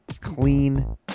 clean